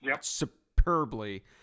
superbly